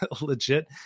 legit